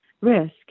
risk